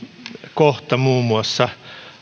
apukohta muun muassa